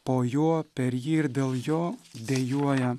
po juo per jį ir dėl jo dejuoja